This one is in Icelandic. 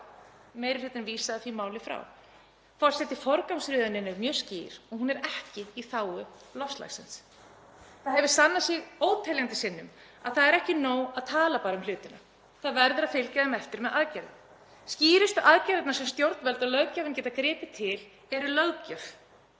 meiri hlutinn vísað því frá. Forseti. Forgangsröðunin er mjög skýr og hún er ekki í þágu loftslagsins. Það hefur sannað sig óteljandi sinnum að það er ekki nóg að tala bara um hlutina, það verður að fylgja þeim eftir með aðgerðum. Skýrustu aðgerðirnar sem stjórnvöld og löggjafinn geta gripið til er löggjöf.